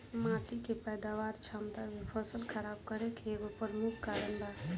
माटी के पैदावार क्षमता भी फसल खराब करे के एगो प्रमुख कारन बा